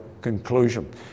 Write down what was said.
conclusion